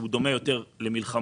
שדומה יותר למלחמות,